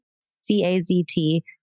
C-A-Z-T